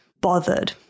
bothered